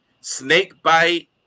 Snakebite